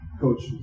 Coach